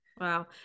wow